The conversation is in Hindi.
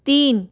तीन